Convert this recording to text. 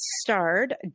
starred